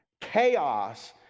chaos